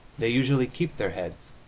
they usually keep their heads,